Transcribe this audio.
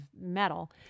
metal